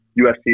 UFC